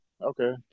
okay